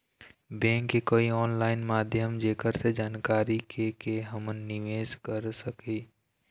Bank के कोई online माध्यम जेकर से जानकारी के के हमन निवेस कर सकही?